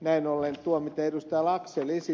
näin ollen tuosta mitä ed